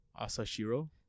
Asashiro